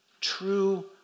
true